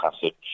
passage